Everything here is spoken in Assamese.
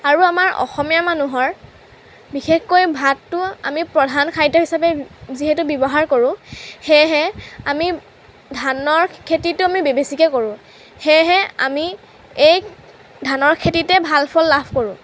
আৰু আমাৰ অসমীয়া মানুহৰ বিশেষকৈ ভাতটো আমি প্ৰধান খাদ্য হিচাপে যিহেতু ব্যৱহাৰ কৰোঁ সেয়েহে আমি ধানৰ খেতিটো আমি বে বেছিকৈ কৰোঁ সেয়েহে আমি এই ধানৰ খেতিতে ভাল ফল লাভ কৰোঁ